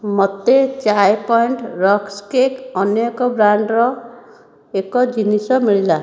ମୋତେ Chai Point rusk cake ଅନ୍ୟ ଏକ ବ୍ରାଣ୍ଡ୍ର ଏକ ଜିନିଷ ମିଳିଲା